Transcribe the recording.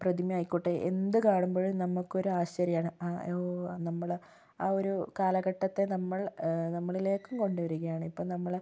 പ്രതിമ ആയിക്കോട്ടേ എന്ത് കാണുമ്പോഴും നമുക്കൊരാശ്ചര്യമാണ് ഓ നമ്മൾ ആ ഒരു കാലഘട്ടത്തെ നമ്മൾ നമ്മളിലേക്കും കൊണ്ട് വരികയാണ് ഇപ്പം നമ്മൾ